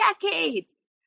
decades